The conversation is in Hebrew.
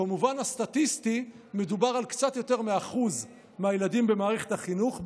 במובן הסטטיסטי מדובר על קצת יותר מ-1% מהילדים במערכת החינוך בגילם.